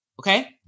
Okay